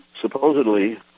supposedly